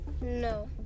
No